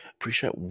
Appreciate